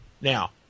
Now